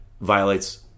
violates